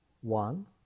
one